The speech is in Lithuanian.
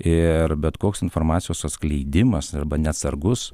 ir bet koks informacijos atskleidimas arba neatsargus